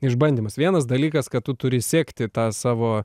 išbandymas vienas dalykas kad tu turi sekti tą savo